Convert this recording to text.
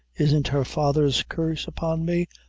isn't her father's curse upon me?